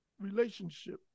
relationship